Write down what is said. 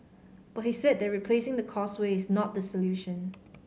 but he said that replacing the Causeway is not the solution